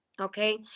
okay